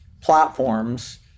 platforms